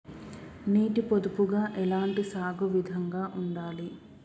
నీటి పొదుపుగా ఎలాంటి సాగు విధంగా ఉండాలి?